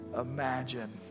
imagine